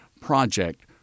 project